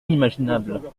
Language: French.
inimaginable